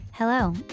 Hello